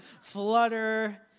flutter